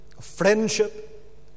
friendship